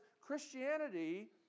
Christianity